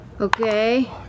Okay